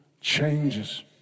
changes